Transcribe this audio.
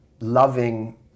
loving